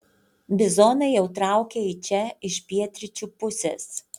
bizonai jau traukia į čia iš pietryčių pusės